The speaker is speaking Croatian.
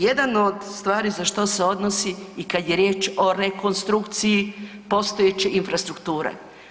Jedan od stvari za što se odnosi i kad je riječ o rekonstrukciji postojeće infrastrukture.